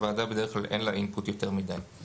שבדרך כלל אין לוועדה יותר מידי אינפוט עליו.